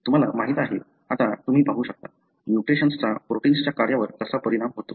तुम्हाला माहीत आहे आता तुम्ही पाहू शकता म्युटेशन्सचा प्रोटिन्सनांच्या कार्यावर कसा परिणाम होतो